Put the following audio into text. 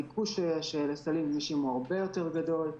הביקוש של הסלים הוא הרבה יותר גדול,